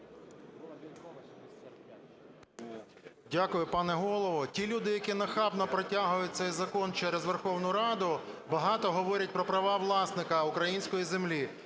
Дякую, пане голово. Ті люди, які нахабно протягують цей закон через Верховну Раду, багато говорять про права власника української землі.